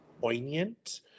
poignant